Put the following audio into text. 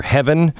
Heaven